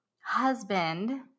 husband